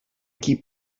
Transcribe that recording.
keep